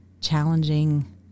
challenging